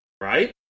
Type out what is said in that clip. right